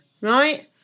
right